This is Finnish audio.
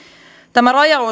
tämä rajaus